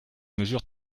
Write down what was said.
mesures